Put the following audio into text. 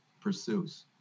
pursues